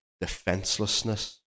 defenselessness